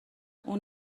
اون